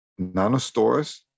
nanostores